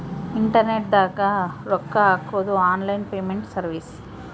internet ದಾಗ ರೊಕ್ಕ ಹಾಕೊದು ಆನ್ಲೈನ್ ಪೇಮೆಂಟ್ ಸರ್ವಿಸ್